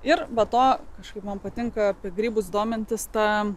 ir be to kažkaip man patinka apie grybus domintis tam